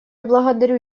благодарю